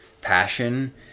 passion